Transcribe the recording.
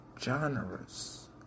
genres